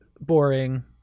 boring